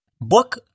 Book